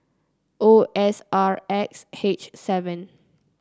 O S R X H seven